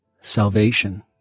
Salvation